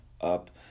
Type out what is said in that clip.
up